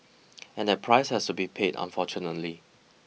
and that price has to be paid unfortunately